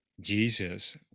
Jesus